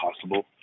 possible